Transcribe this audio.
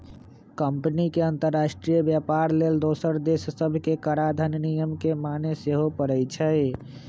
company के अंतरराष्ट्रीय व्यापार लेल दोसर देश सभके कराधान नियम के माने के सेहो परै छै